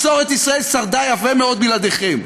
מסורת ישראל שרדה יפה מאוד בלעדיכם.